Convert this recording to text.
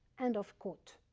end of quote.